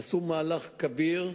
עשו מהלך כביר.